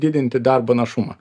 didinti darbo našumą